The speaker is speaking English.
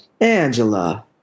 Angela